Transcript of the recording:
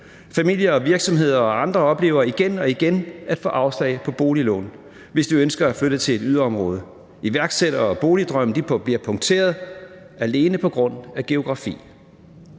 Familier og virksomheder og andre oplever igen og igen at få afslag på boliglån, hvis de ønsker at flytte til et yderområde. Iværksætteri og boligdrømme bliver punkteret alene på grund af geografien.